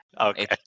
Okay